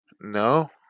No